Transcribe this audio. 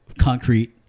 concrete